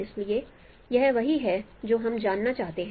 इसलिए यह वही है जो हम जानना चाहते हैं